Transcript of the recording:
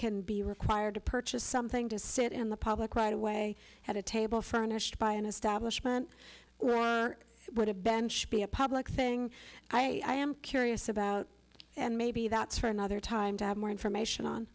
can be required to purchase something to sit in the public right away have a table furnished by an establishment where would a bench be a public thing i am curious about and maybe that's for another time to add more information on